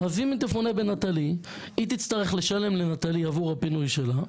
אז אם היא תפונה ב"נטלי" היא תצטרך לשלם ל"נטלי" עבור הפינוי שלה,